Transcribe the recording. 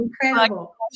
incredible